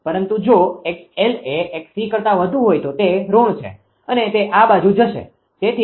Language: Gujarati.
પરંતુ જો 𝑥𝑙 એ 𝑥𝑐 કરતા વધુ હોય તો તે ઋણ છે અને તે આ બાજુ જશે